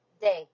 day